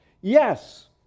yes